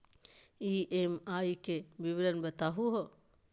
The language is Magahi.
ई.एम.आई के विवरण बताही हो?